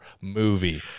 movie